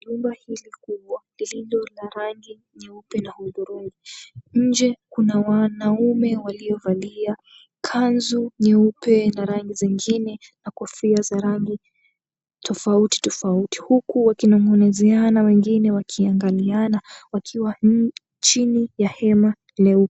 Jumba hili kubwa ililo la rangi ya nyeupe na hudhurungi. Nje kuna wanaume waliovalia kanzu nyeupe na rangi zingine na kofia za rangi tofauti tofauti huku wakinong'onezeana wengine wakiangaliana wakiwa chini ya hema leupe.